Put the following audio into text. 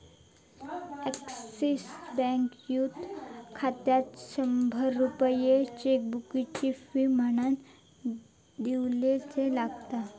axis बँकेत youth खात्यात शंभर रुपये चेकबुकची फी म्हणान दिवचे लागतत